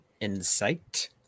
insight